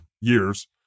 years